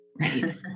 Right